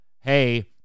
hey